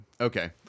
Okay